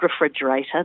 refrigerator